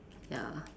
ya